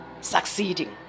succeeding